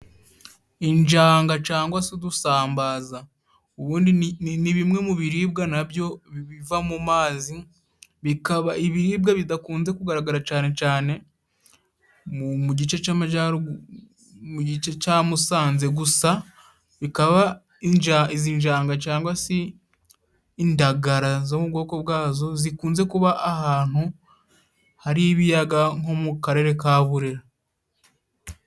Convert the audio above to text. Injanga cyangwa se udusambaza, ubundi ni bimwe mu biribwa nabyo biva mu mazi, bikaba ibiribwa bidakunze kugaragara cyane cyane mu gice cy'amajyaru, mu gice cya musanze, gusa bikaba izi njanga cyangwa se indagara zo m'ubwoko bwazo zikunze kuba ahantu hari ibiyaga nko mu karere ka burera.